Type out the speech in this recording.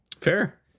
Fair